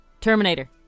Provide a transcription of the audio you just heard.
Terminator